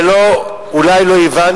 ואולי לא הבנת,